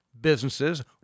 businesses